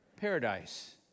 paradise